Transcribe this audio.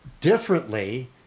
differently